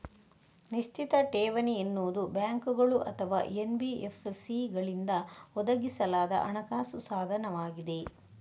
ನಿಶ್ಚಿತ ಠೇವಣಿ ಎನ್ನುವುದು ಬ್ಯಾಂಕುಗಳು ಅಥವಾ ಎನ್.ಬಿ.ಎಫ್.ಸಿಗಳಿಂದ ಒದಗಿಸಲಾದ ಹಣಕಾಸು ಸಾಧನವಾಗಿದೆ